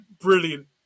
Brilliant